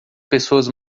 pessoas